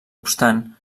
obstant